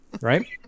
Right